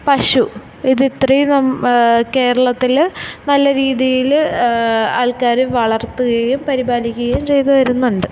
പശു ഇത് ഇത്രയും നം കേരളത്തില് നല്ല രീതിയില് ആൾക്കാര് വളർത്തുകയും പരിപാലിക്കുകയും ചെയ്തു വരുന്നുണ്ട്